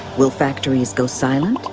will factories go silent,